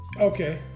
Okay